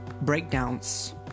breakdowns